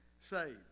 saved